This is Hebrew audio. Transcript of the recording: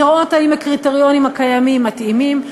לראות אם הקריטריונים הקיימים מתאימים,